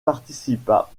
participa